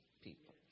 people